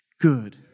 good